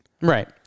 Right